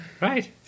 right